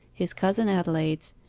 his cousin adelaide's,